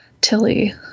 tilly